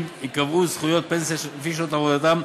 ייקבעו זכויות הפנסיה לפי שנות עבודתם,